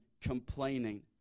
complaining